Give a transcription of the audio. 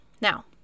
Now